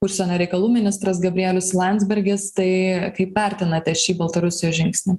užsienio reikalų ministras gabrielius landsbergis tai kaip vertinate šį baltarusijos žingsnį